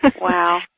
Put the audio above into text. Wow